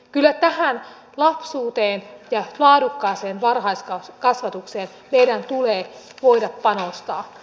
kyllä tähän lapsuuteen ja laadukkaaseen varhaiskasvatukseen meidän tulee voida panostaa